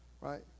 right